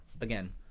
again